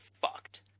fucked